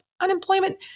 unemployment